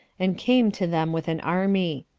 and came to them with an army.